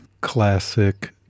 classic